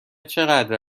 چقدر